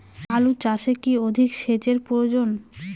আলু চাষে কি অধিক সেচের প্রয়োজন?